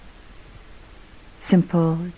Simple